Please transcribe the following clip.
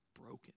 broken